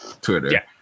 Twitter